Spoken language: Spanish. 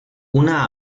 una